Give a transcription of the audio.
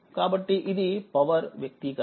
కాబట్టి ఇది పవర్ వ్యక్తీకరణ